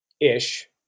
Ish